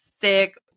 thick